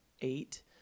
eight